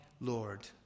Lord